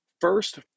first